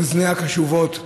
אוזניה קשובות לציבור.